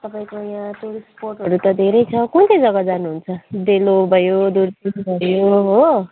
तपाईँको यहाँ टुरिस्ट स्पटहरू त धेरै छ कुन चाहिँ जग्गा जानुहुन्छ डेलो भयो दुर्पिन भयो हो